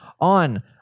on